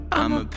I'ma